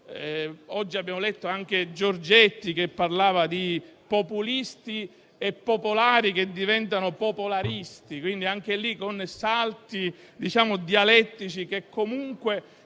Oggi abbiamo letto anche di Giorgetti che parlava di populisti e popolari che diventano popolaristi, con salti diciamo dialettici che comunque